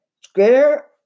Square